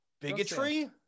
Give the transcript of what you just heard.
bigotry